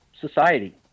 society